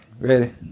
Ready